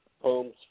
poems